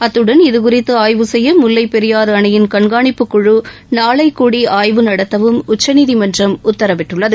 அத்துடன் இது குறித்து ஆய்வு செய்ய முல்லை பெரியாறு அணையின் கண்காணிப்பு குழு நாளை கூடி ஆய்வு நடத்தவும் உச்சநீதிமன்றம் உத்தரவிட்டுள்ளது